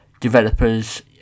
developers